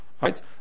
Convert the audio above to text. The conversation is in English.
right